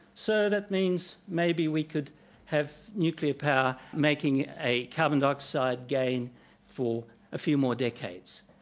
so that means maybe we could have nuclear power making a carbon dioxide gain for a few more decades.